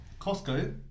Costco